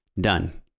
Done